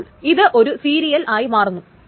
അപ്പോൾ ഇത് ഒരു സീരിയൽ ആയി മാറുന്നു